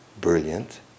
brilliant